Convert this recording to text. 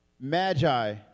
magi